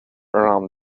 around